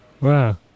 wow